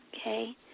okay